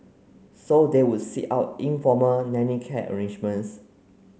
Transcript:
so they would seek out informal nanny care arrangements